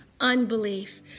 unbelief